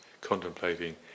contemplating